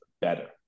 better